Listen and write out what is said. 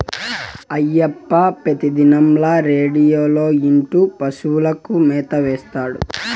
అయ్యప్ప పెతిదినంల రేడియోలో ఇంటూ పశువులకు మేత ఏత్తాడు